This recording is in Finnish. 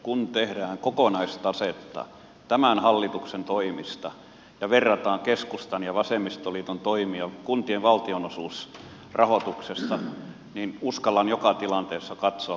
kun tehdään kokonaistasetta tämän hallituksen toimista ja verrataan keskustan ja vasemmistoliiton toimia kuntien valtio osuusrahoituksesta niin uskallan joka tilanteessa katsoa kansalaisia silmiin